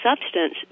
substance